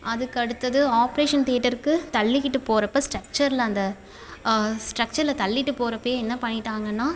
அதுக்கு அடுத்தது ஆப்ரேஷன் தேட்டருக்கு தள்ளிக்கிட்டு போறப்போ ஸ்டெக்ச்சரில் அந்த ஸ்டெக்ச்சரில் தள்ளிவிட்டு போகறப்பயே என்ன பண்ணிவிட்டாங்கனா